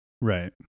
Right